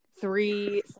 three